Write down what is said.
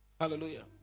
Hallelujah